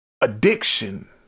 addiction